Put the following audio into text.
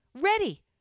Ready